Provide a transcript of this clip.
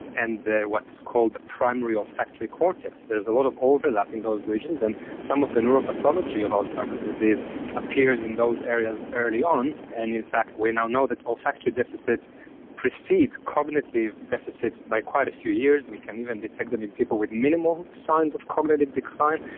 and what's called the primary olfactory cortex a lot of overlap in those regions, and some of the neuropathology of alzheimer's disease appears in those areas early on, and in fact we now know that olfactory deficits precedes cognitive deficits by quite a few years. we can even detect them in people with minimal signs of cognitive decline.